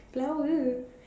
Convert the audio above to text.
flowers